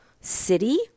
city